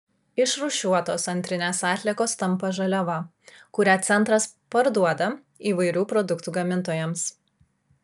išrūšiuotos antrinės atliekos tampa žaliava kurią centras parduoda įvairių produktų gamintojams